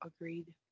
Agreed